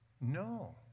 No